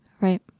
Right